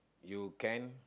you can